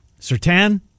Sertan